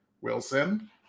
Wilson